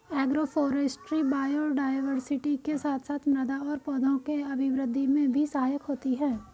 agroforestry biodiversity के साथ साथ मृदा और पौधों के अभिवृद्धि में भी सहायक होती है